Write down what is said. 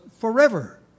forever